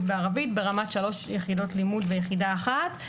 בערבית ברמה של שלוש יחידות לימוד ויחידה אחת.